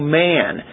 man